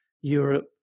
Europe